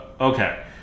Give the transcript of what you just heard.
Okay